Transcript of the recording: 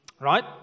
Right